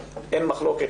אין מחלוקת